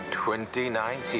2019